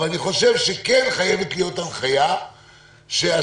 אבל אני חושב שכן חייבת להיות הנחייה שהשיקולים,